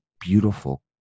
beautiful